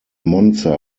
monza